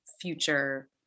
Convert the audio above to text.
future